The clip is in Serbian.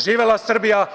Živela Srbija.